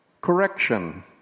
correction